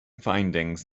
findings